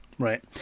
Right